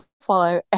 follow